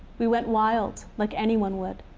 we went wild, like anyone would.